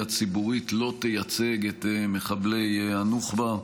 הציבורית לא תייצג את מחבלי הנוח'בה.